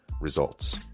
results